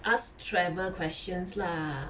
ask travel questions lah